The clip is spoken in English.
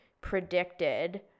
predicted